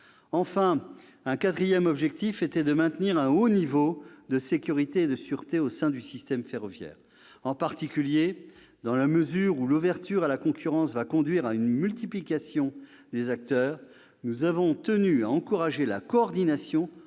Enfin, notre quatrième objectif était de maintenir un haut niveau de sécurité et de sûreté au sein du système ferroviaire. En particulier, dans la mesure où l'ouverture à la concurrence va conduire à une multiplication des acteurs, nous avons tenu à encourager la coordination entre ces acteurs